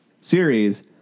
series